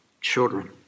children